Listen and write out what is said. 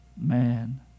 man